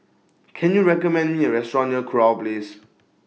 Can YOU recommend Me A Restaurant near Kurau Place